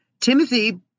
Timothy